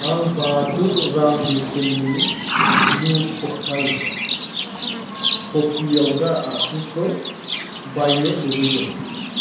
आं बाजौ रां बेसेननि ब्लु टकाइ कफि एवग्रा आगजुखौ बायनो लुबैदों